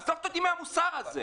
עזוב אותי מהמוסר הזה.